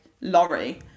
lorry